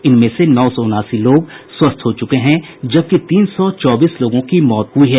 इनमें से नौ सौ उनासी लोग स्वस्थ हो चुके हैं जबकि तीन सौ चौबीस लोगों की मौत हो गयी है